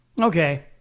Okay